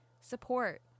Support